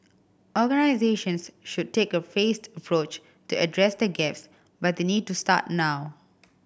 organisations should take a phased approach to address the gaps but they need to start now